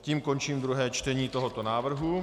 Tím končím druhé čtení tohoto návrhu.